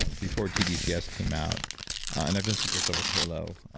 before tdcs came out and i've done some cool stuff with halo,